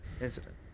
Incident